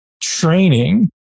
training